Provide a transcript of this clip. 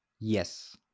Yes